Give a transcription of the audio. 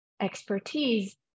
expertise